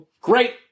Great